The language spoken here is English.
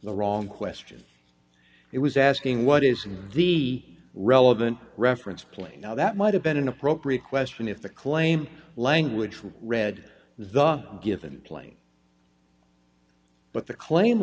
the wrong question it was asking what is the relevant reference point now that might have been an appropriate question if the claim language was read the given plane but the claim